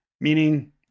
Meaning